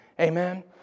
Amen